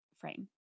frame